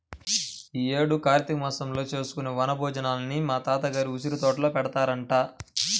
యీ యేడు కార్తీక మాసంలో చేసుకునే వన భోజనాలని మా తాత గారి ఉసిరితోటలో పెడతారంట